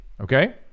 Okay